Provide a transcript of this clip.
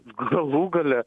galų gale